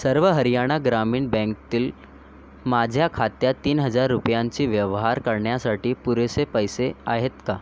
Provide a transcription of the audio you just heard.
सर्व हरियाणा ग्रामीण बँकेतील माझ्या खात्यात तीन हजार रुपयांचे व्यवहार करण्यासाठी पुरेसे पैसे आहेत का